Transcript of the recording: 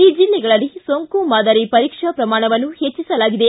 ಈ ಜಲ್ಲೆಗಳಲ್ಲಿ ಸೋಂಕು ಮಾದರಿ ಪರೀಕ್ಷಾ ಪ್ರಮಾಣವನ್ನು ಹೆಚ್ಚಸಲಾಗಿದೆ